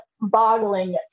boggling